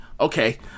Okay